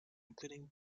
including